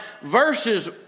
verses